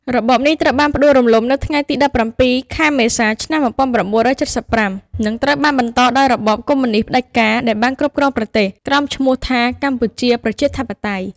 របបនេះត្រូវបានផ្ដួលរំលំនៅថ្ងៃទី១៧ខែមេសាឆ្នាំ១៩៧៥ និងត្រូវបានបន្តដោយរបបកុម្មុយនិស្តផ្ដាច់ការ ដែលបានគ្រប់គ្រងប្រទេស ក្រោមឈ្មោះថា កម្ពុជាប្រជាធិបតេយ្យ។